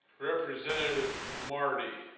representative marty